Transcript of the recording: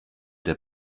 der